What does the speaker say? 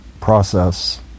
process